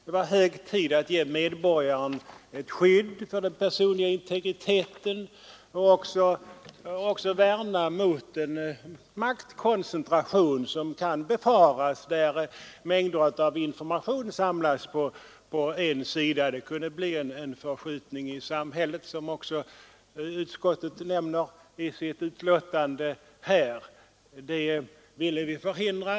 Det var angeläget att ge medborgarna ett skydd för den personliga integriteten och värna mot den maktkoncentration som kan befaras där mängder av information samlas på en hand — det kunde lätt bli en maktförskjutning i samhället, som utskottet också säger i sitt betänkande. Det ville vi förhindra.